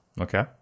okay